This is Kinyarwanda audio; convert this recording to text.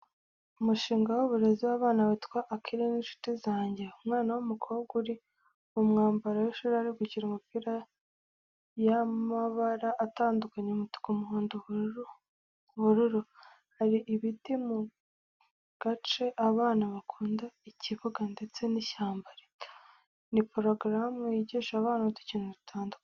Umushinga w’uburezi w’abana witwa "Akili n’Inshuti zanjye." Umwana w’umukobwa uri mu mwambaro w’ishuri ari gukina imipira y’amabara atandukanye umutuku, umuhondo, ubururu. Hari ibiti mu gace abana bakunda ikibuga ndetse n'ishyamba rito. Ni porogaramu yigisha abana udukino dutandukanye.